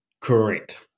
correct